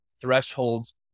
thresholds